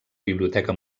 biblioteca